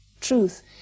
truth